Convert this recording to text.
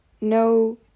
no